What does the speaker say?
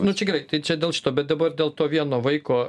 nu čia gerai tai čia dėl šito bet dabar dėl to vieno vaiko